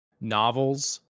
novels